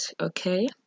okay